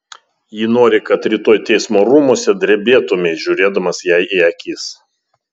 ji nori kad rytoj teismo rūmuose drebėtumei žiūrėdamas jai į akis